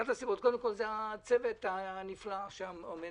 אחת הסיבות לכך היא הצוות הנפלא שעומד